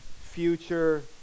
future